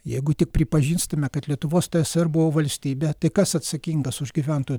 jeigu tik pripažįstame kad lietuvos tsr buvo valstybė tai kas atsakingas už gyventojų